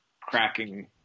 cracking